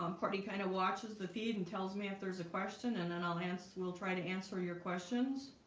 um courtney kind of watches the feed and tells me if there's a question and then i'll answer. we'll try to answer your questions